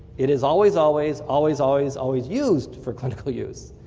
it is always, always, always, always, always used for clinical use.